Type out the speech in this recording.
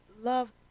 love